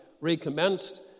recommenced